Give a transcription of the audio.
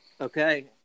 Okay